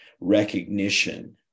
recognition